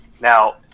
now